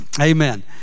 amen